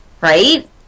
Right